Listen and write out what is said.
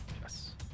Yes